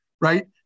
right